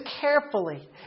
carefully